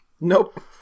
Nope